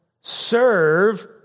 serve